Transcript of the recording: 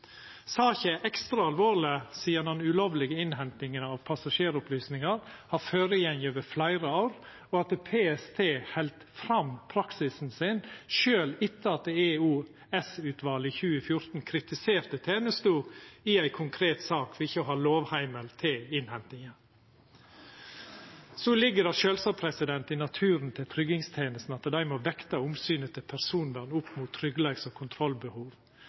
Saka er ekstra alvorleg sidan den ulovlege innhentinga av passasjeropplysningar har føregått over fleire år, og at PST held fram praksisen sin sjølv etter at EOS-utvalet i 2014 kritiserte tenesta i ei konkret sak for ikkje å ha lovheimel til innhentinga. Det ligg sjølvsagt i naturen til tryggingstenesta at dei må vekta omsynet til personvern opp mot tryggleiks- og kontrollbehov.